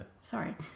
Sorry